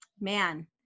man